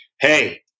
hey